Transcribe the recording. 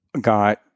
got